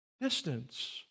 distance